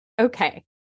Okay